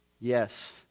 yes